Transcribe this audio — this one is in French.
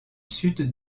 sud